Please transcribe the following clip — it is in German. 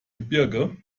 gebirge